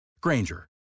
Granger